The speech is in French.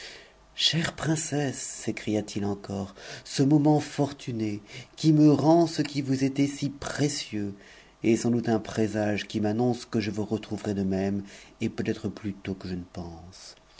chère princesse sécria t i encore ce moment fortuné qui me rend ce qui vous était si précieux est sans doute un présage qui m'annonce que je vous retrouverai de même et peut-être plus tôt que je ne pense